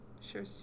Sure